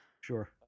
Sure